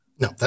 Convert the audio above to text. No